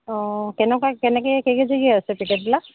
অঁ কেনেকুৱা কেনেকে কেই কেজি কে আছে পেকেটবিলাক